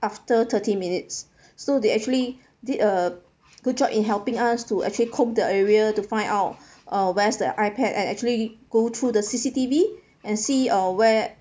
after thirty minutes so they actually did a good job in helping us to actually comb the area to find out uh where's the ipad and actually go through the C_C_T_V and see uh where